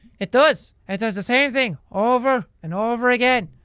it does. it does the same thing over and over again.